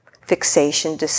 fixation